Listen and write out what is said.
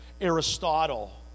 aristotle